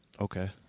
okay